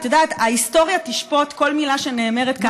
נורא פשוט: ראש הממשלה עמד כאן,